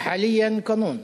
הצעה לסדר-היום?